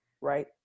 right